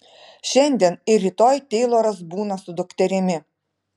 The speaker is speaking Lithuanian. šiandien ir rytoj teiloras būna su dukterimi